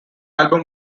album